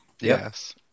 Yes